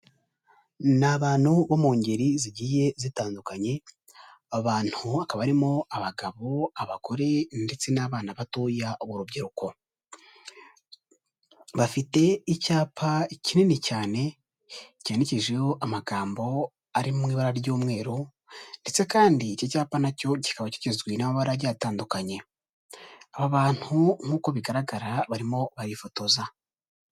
Ni abantu bo mu ngeri zigiye zitandukanye, abantu hakaba harimo abagabo, abagore ndetse n'abana batoya urubyiruko .Bafite icyapa kinini cyane ,cyandikishijeho amagambo ari mu ibara ry'umweru ndetse kandi iki cyapa na cyo kikaba kigizwe n'amabara agiye atandukanye, aba bantu nk'uko bigaragara barimo barifotoza.